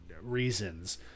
reasons